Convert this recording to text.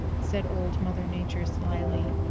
said old mother nature slyly.